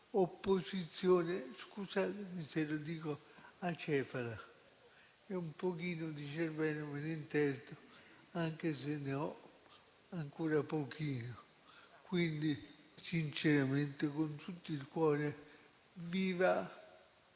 opposizione - scusatemi se lo dico - acefala, e un pochino di cervello me ne intendo, anche se ne ho ancora pochino. Quindi, sinceramente, con tutto il cuore,